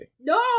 No